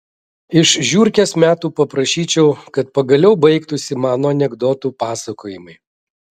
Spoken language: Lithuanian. iš žiurkės metų paprašyčiau kad pagaliau baigtųsi mano anekdotų pasakojimai